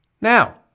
Now